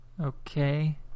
Okay